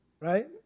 right